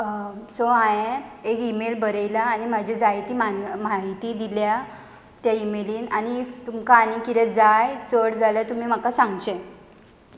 so हांयें एक email बरयलां आनी म्हाजी जायती मा म्हायती दिल्या त्या ईमेलीन आनी इफ तुमकां आनी कितें जाय चड जाल्यार तुमी म्हाका सांगचें